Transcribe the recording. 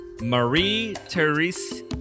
Marie-Therese